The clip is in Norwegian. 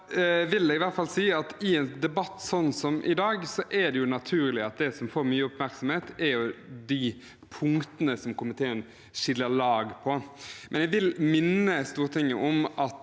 i en debatt slik som i dag er det naturlig at det som får mye oppmerksomhet, er de punktene hvor komiteen skiller lag. Jeg vil minne Stortinget om at